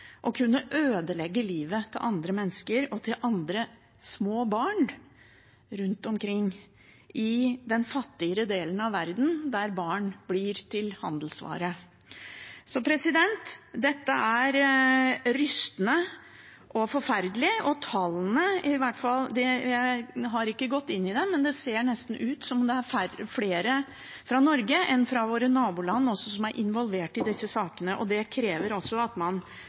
skal kunne sitte trygt bak et tastatur og en skjerm i Norge og ødelegge livet til andre mennesker og til små barn rundt omkring i den fattigere delen av verden, der barn blir handelsvare. Så dette er rystende og forferdelig. Når det gjelder tallene, har jeg ikke gått inn i dem, men det ser nesten ut som om det er flere fra Norge enn fra våre naboland som er involvert i disse sakene. Det krever at man